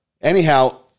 Anyhow